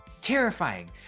Terrifying